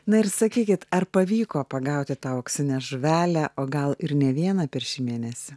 na ir sakykit ar pavyko pagauti tą auksinę žuvelę o gal ir ne vieną per šį mėnesį